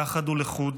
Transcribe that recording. יחד או לחוד,